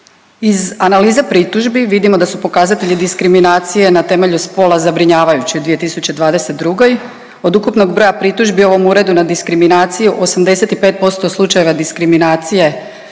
Iz analize pritužbi vidimo da su pokazatelji diskriminacije na temelju spola zabrinjavajući u 2022. Od ukupnog broja pritužbi ovom uredu na diskriminaciju 85% slučajeva diskriminacije